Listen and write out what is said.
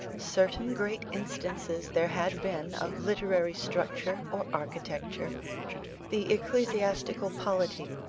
certain great instances there had been of literary structure or architecture the ecclesiastical polity,